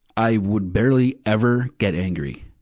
i would barely ever get angry.